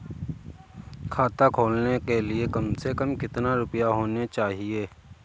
खाता खोलने के लिए कम से कम कितना रूपए होने चाहिए?